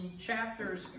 chapters